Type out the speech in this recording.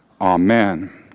Amen